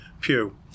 pew